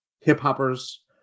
hip-hoppers